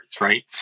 right